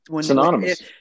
synonymous